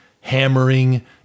hammering